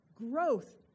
growth